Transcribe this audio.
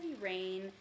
rain